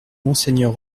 monseigneur